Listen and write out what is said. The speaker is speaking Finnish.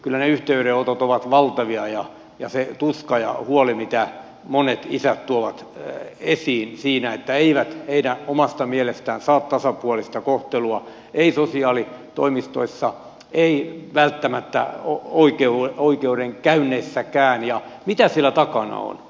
kyllä ne yhteydenotot ovat valtavia ja se tuska ja huoli mitä monet isät tuovat esiin siinä että eivät omasta mielestään saa tasapuolista kohtelua eivät sosiaalitoimistoissa eivät välttämättä oikeudenkäynneissäkään ja mitä siellä takana on